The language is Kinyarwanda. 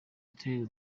uturere